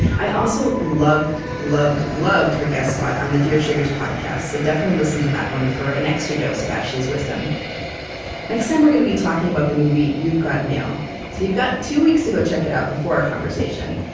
i also loved, loved, loved her guest spot on the dear sugars podcast, so definitely listen to that one for an extra dose of ashley's wisdom next time, we're going to be talking about the movie you've got mail, so you've got two weeks to go check it out before our conversation.